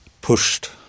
pushed